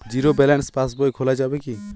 Zero balance pass বই খোলা যাবে কি?